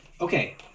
Okay